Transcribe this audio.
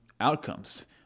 outcomes